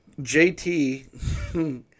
JT